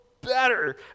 better